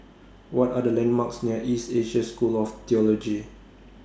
What Are The landmarks near East Asia School of Theology